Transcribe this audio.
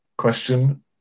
Question